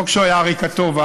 לא כשהוא היה אריק הטוב,